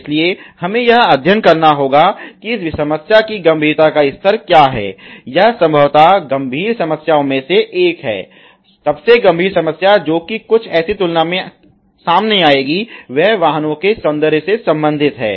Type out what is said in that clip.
इसलिए हमें यह अध्ययन करना होगा कि इस समस्या की गंभीरता का स्तर क्या है यह संभवत गंभीर समस्याओं में से एक है सबसे गंभीर समस्या जो कि कुछ ऐसी तुलना में सामने आएगी वह वाहनों के सौंदर्य से संबंधित है